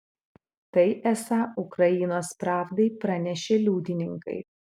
tai esą ukrainos pravdai pranešė liudininkai